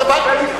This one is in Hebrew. בבקשה.